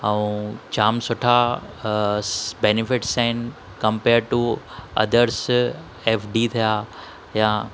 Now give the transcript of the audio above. ऐं जामु सुठा बेनिफिट्स आहिनि compare to others F D थिया या